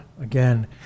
again